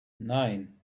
nein